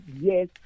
yes